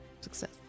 success